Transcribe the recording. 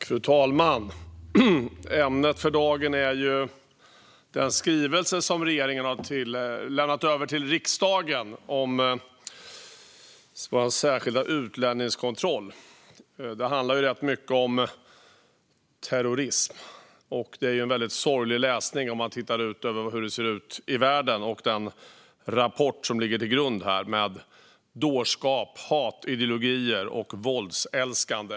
Fru talman! Ämnet för dagen är den skrivelse som regeringen har lämnat över till riksdagen om vår särskilda utlänningskontroll. Det handlar rätt mycket om terrorism, och det är väldigt sorglig läsning med tanke på hur det ser ut i världen och på den rapport som ligger till grund, om dårskap, hatideologier och våldsälskande.